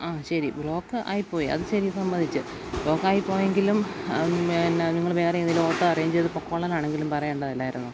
ആ ശരി ബ്ലോക്ക് ആയിപ്പോയി അതു ശരി സമ്മതിച്ചു ബ്ലോക്കായിപ്പോയെങ്കിലും പിന്നെ നിങ്ങള് വേറെയേതെങ്കിലും ഓട്ടോ അറേൻജീത് പൊയ്ക്കോളാനാണെങ്കിലും പറയേണ്ടതല്ലായിരുന്നോ